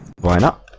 blown up